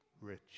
rich